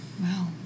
wow